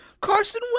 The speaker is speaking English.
Carson